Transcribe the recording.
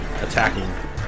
attacking